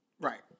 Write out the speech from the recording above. Right